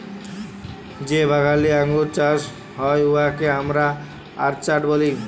যে বাগালে আঙ্গুর চাষ হ্যয় উয়াকে আমরা অরচার্ড ব্যলি